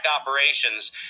operations